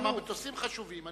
גם המטוסים חשובים.